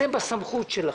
זה בסמכות שלכם.